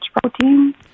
protein